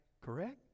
Correct